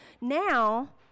Now